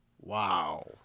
Wow